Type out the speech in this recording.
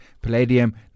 palladium